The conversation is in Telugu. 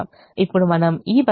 ఇప్పుడు మనం ఈ పరిష్కారం Y1 1 Y2 1